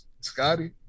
Scotty